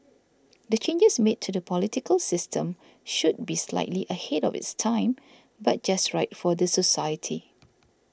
the changes made to the political system should be slightly ahead of its time but just right for the society